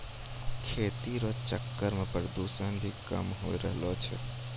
खेती रो चक्कर से प्रदूषण भी कम होय रहलो छै